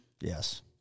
Yes